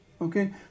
Okay